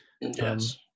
Yes